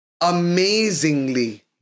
amazingly